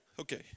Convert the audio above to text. Okay